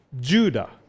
Judah